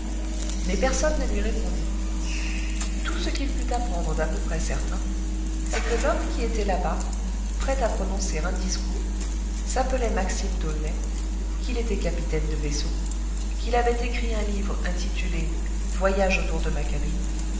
mais personne ne lui répondit tout ce qu'il put apprendre d'à peu près certain c'est que l'homme qui était là-bas prêt à prononcer un discours s'appelait maxime d'aulnay qu'il était capitaine de vaisseau qu'il avait écrit un livre intitulé voyage autour de ma cabine